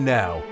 now